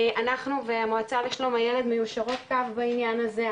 אנחנו והמועצה לשלום הילד מיושרות קו בעניין הזה,